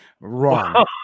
Wrong